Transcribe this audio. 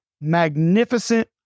magnificent